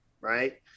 right